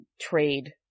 trade